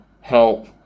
help